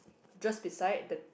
just beside the